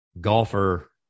golfer